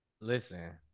Listen